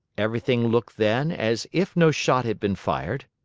everything looked, then, as if no shot had been fired?